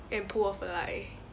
and pull off a lie